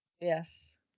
Yes